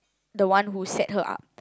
the one who set her up